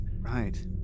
Right